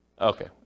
Okay